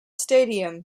stadium